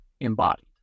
embodied